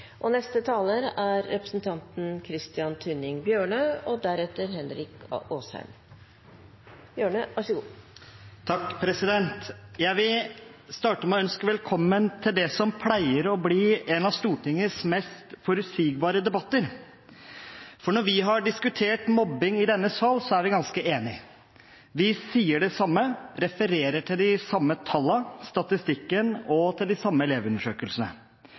og Sosialistisk Venstreparti. Jeg vil starte med å ønske velkommen til det som pleier å bli en av Stortingets mest forutsigbare debatter, for når vi diskuterer mobbing i denne salen, er vi ganske enige. Vi sier det samme, refererer til de samme tallene, den samme statistikken og de samme elevundersøkelsene,